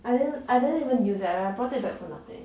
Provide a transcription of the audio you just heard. I didn't I didn't even use that I I brought it back for nothing